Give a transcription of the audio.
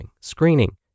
screening